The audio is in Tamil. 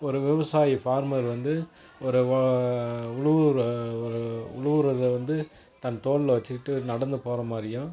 ஒரு விவசாயி ஃபார்மர் வந்து ஒரு உழுவுற உழுவுறத வந்து தன் தோளில் வச்சுக்கிட்டு நடந்து போகிற மாதிரியும்